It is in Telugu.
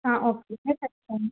ఓకే సార్ ఖచ్చితంగా